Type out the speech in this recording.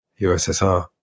USSR